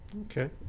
Okay